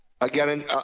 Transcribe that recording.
Again